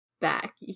Back